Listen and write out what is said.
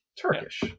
Turkish